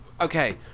Okay